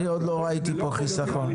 אני עוד לא ראיתי פה חיסכון.